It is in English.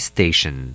Station